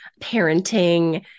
parenting